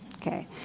Okay